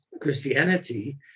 Christianity